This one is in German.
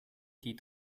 die